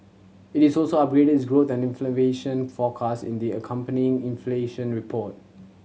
it is also upgraded its growth and forecast in the accompanying inflation report